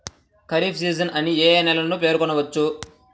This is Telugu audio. ఖరీఫ్ సీజన్ అని ఏ ఏ నెలలను పేర్కొనవచ్చు?